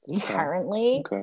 currently